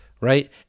right